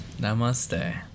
Namaste